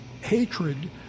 hatred